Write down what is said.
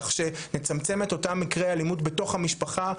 כך שנצמצם את אותם מקרי אלימות בתוך המשפחה,